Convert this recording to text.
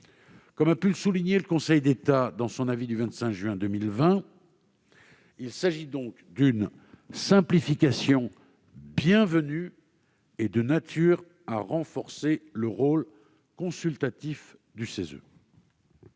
Comme a pu le souligner le Conseil d'État dans son avis du 25 juin 2020, il s'agit donc d'une simplification bienvenue et de nature à renforcer le rôle consultatif du CESE.